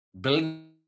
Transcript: building